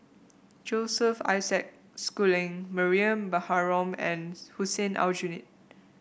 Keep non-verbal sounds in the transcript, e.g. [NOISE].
Joseph Isaac Schooling Mariam Baharom and [NOISE] Hussein Aljunied